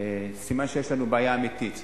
סימן שיש לנו בעיה אמיתית.